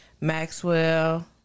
Maxwell